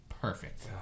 perfect